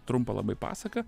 trumpą labai pasaką